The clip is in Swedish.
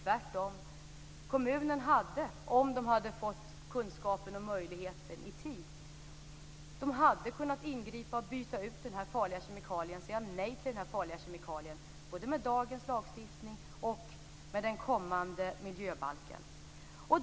Tvärtom hade kommunen, om den i tid hade fått kunskapen och möjligheten, kunnat ingripa och säga nej till den farliga kemikalien både enligt dagens lagstiftning och enligt den kommande miljöbalken.